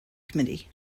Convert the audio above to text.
committee